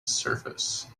service